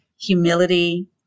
humility